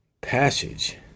passage